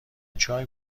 چای